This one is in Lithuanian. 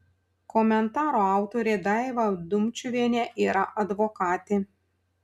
komentaro autorė daiva dumčiuvienė yra advokatė